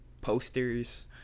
posters